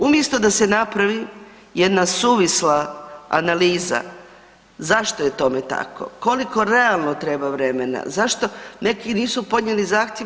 Umjesto da se napravi jedna suvisla analiza zašto je tome tako, koliko realno treba vremena, zašto neki nisu podnijeli zahtjev.